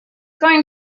going